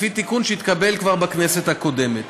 לפי תיקון שהתקבל בכנסת הקודמת.